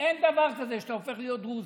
אין דבר כזה שאתה הופך להיות דרוזי.